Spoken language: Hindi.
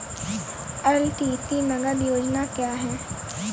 एल.टी.सी नगद योजना क्या है?